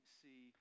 see